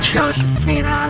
Josephine